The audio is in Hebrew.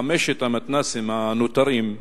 לחמשת המתנ"סים הנותרים,